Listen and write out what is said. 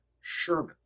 Sherman